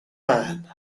man